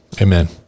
amen